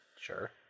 Sure